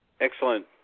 Excellent